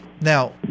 Now